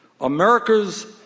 America's